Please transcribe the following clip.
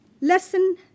Lesson